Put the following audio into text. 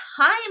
time